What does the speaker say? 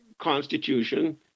Constitution